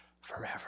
forever